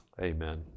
Amen